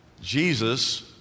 Jesus